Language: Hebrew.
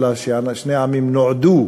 אלא ששני העמים נועדו,